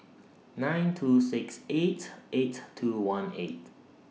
nine two six eight eight two one eight